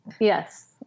Yes